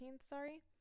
Sorry